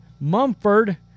Mumford